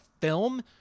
film